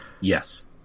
Yes